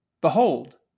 Behold